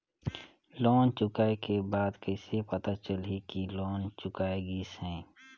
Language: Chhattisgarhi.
लोन चुकाय के बाद कइसे पता चलही कि लोन चुकाय गिस है?